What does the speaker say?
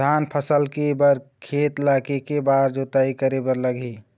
धान फसल के बर खेत ला के के बार जोताई करे बर लगही?